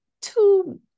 two